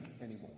anymore